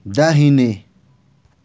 दाहिने